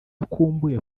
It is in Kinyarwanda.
akumbuye